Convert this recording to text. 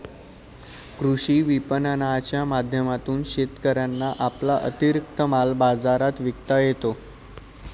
कृषी विपणनाच्या माध्यमातून शेतकऱ्यांना आपला अतिरिक्त माल बाजारात विकता येतो